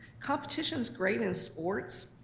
competition's great in sports,